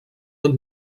del